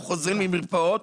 או חוזרים למרפאות,